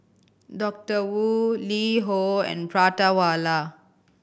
Doctor Wu LiHo and Prata Wala